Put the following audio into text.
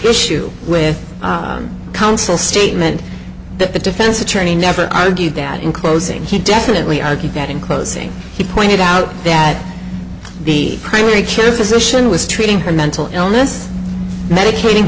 issue with counsel statement that the defense attorney never argued that in closing he definitely argued that in closing he pointed out that the primary care physician was treating her mental illness medicating